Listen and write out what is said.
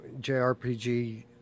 JRPG